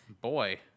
boy